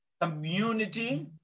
Community